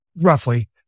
roughly